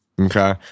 okay